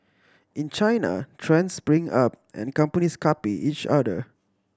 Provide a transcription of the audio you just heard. in China trends spring up and companies copy each other